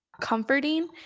comforting